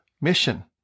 mission